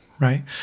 right